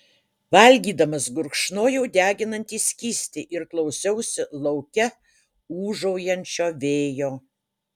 valgydamas gurkšnojau deginantį skystį ir klausiausi lauke ūžaujančio vėjo